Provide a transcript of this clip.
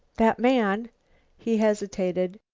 that man he hesitated.